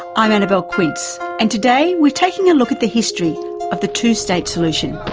i'm annabelle quince and today we're taking a look at the history of the two-state solution.